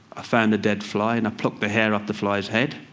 ah found a dead fly. and i plucked the hair off the fly's head.